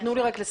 תנו לי לסכם.